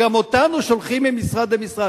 וגם אותנו שולחים ממשרד למשרד.